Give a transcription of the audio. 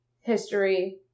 history